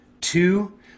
Two